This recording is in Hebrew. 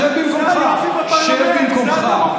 שב במקומך.